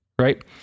right